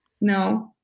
No